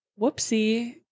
Whoopsie